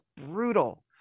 brutal